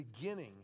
beginning